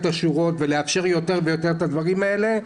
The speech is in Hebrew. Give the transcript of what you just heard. השורות ולאפשר יותר ויותר את הדברים האלה.